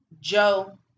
Joe